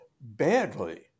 badly